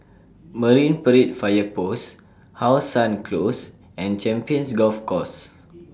Marine Parade Fire Post How Sun Close and Champions Golf Course